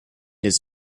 his